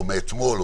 או מאתמול,